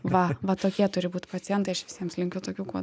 va va tokie turi būt pacientai aš visiems linkiu tokių kuo